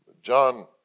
John